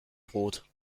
brot